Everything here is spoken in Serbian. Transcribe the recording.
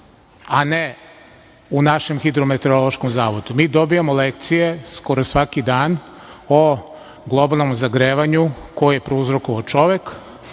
a ne u našem Hidrometeorološkom zavodu. Mi dobijamo lekcije skoro svaki dan o globalnom zagrevanju koje je prouzrokovao čovek,